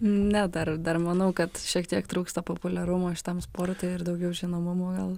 ne dar dar manau kad šiek tiek trūksta populiarumo šitam sportui ir daugiau žinomumo gal